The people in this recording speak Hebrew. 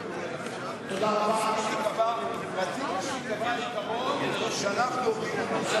רצוי שייקבע עיקרון שאנחנו עובדים עם הממשלה,